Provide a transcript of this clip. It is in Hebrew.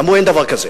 אמרו: אין דבר כזה.